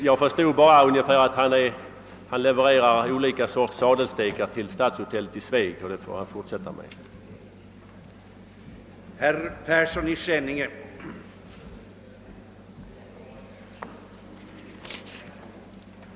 Jag förstod bara att han levererar olika sorters sadelstekar till hotellet i Sveg, och det får han väl fortsätta med, tills vidare.